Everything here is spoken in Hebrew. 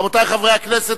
רבותי חברי הכנסת,